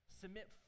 Submit